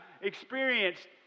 experienced